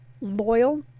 loyal